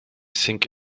think